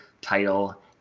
title